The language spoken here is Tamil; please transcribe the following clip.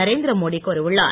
நரேந்திரமோடி கூறியுள்ளார்